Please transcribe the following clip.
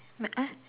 my uh